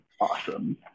awesome